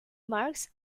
marx